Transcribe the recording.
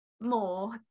more